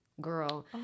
girl